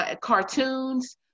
cartoons